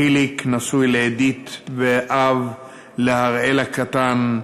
חיליק נשוי לאדית ואב להראל הקטן,